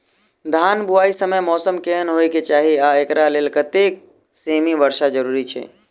धान बुआई समय मौसम केहन होइ केँ चाहि आ एकरा लेल कतेक सँ मी वर्षा जरूरी छै?